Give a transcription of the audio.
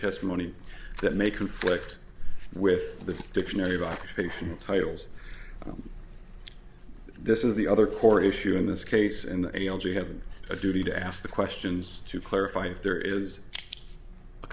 testimony that may conflict with the dictionary by titles this is the other core issue in this case and a l g have a duty to ask the questions to clarify if there is a